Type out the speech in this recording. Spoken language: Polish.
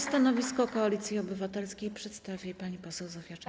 Stanowisko Koalicji Obywatelskiej przedstawi pani poseł Zofia Czernow.